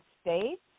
States